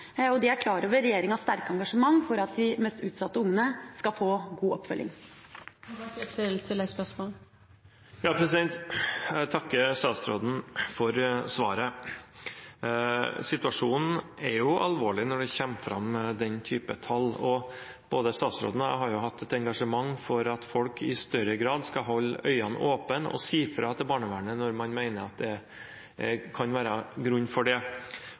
Og de er klar over regjeringas sterke engasjement for at de mest utsatte ungene skal få god oppfølging. Jeg takker statsråden for svaret. Situasjonen er alvorlig når det kommer fram slike tall. Både statsråden og jeg har hatt et engasjement for at folk i større grad skal holde øynene åpne og si fra til barnevernet når man mener at det kan være grunn til det.